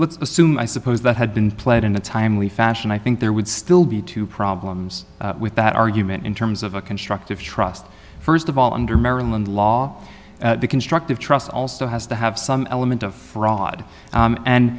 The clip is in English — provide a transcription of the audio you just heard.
let's assume i suppose that had been played in a timely fashion i think there would still be two problems with that argument in terms of a constructive trust first of all under maryland law the constructive trust also has to have some element of fraud